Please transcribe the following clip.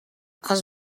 els